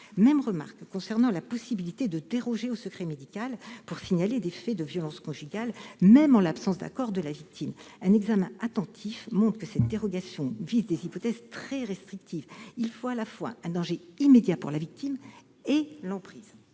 Même remarque concernant la possibilité de déroger au secret médical pour signaler des faits de violences conjugales, même en l'absence d'accord de la victime : un examen attentif montre que cette dérogation vise des hypothèses très restrictives- il faut, à la fois, un danger immédiat pour la victime et une emprise